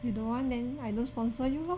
you don't want then I don't sponsor you lor